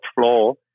floor